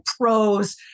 pros